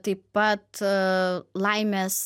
taip pat aa laimės